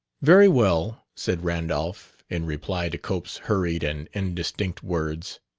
very well, said randolph, in reply to cope's hurried and indistinct words.